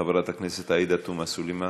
חברת הכנסת עאידה תומא סלימאן,